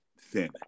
thin